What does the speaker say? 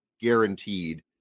guaranteed